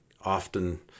often